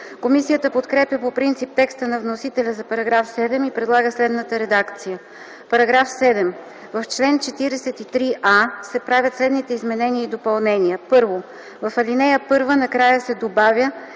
Комисията подкрепя по принцип текста на вносителя за § 7 и предлага следната редакция: „§ 7. В чл. 43а се правят следните изменения и допълнения: 1. В ал. 1 накрая се добавя